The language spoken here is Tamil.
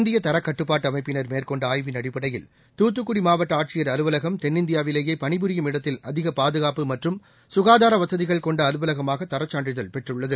இந்திய தரக்கட்டுப்பாட்டு அமைப்பினர் மேற்கொண்ட ஆய்வின் அடிப்படையில் துத்துக்குடி மாவட்ட ஆட்சியர் அலுவலகம் தென்னிந்தியாவிலேயே பணிபுரியும் இடத்தில் அதிக பாதுகாப்பு மற்றும் சுகாதார வசதிகள் கொண்ட அலுவலகமாக தரச்சான்றிதழ் பெற்றுள்ளது